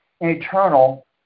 eternal